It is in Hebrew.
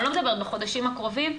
אני לא מדברת על החודשים הקרובים,